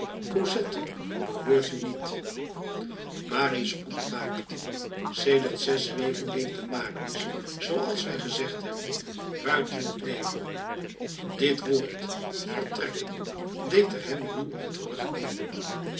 cosette behoort u niet marius ontwaakte sedert zes weken leefde marius zooals wij gezegd hebben buiten het leven dit woord vertrekken deed er hem ruw in terugkeeren